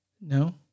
No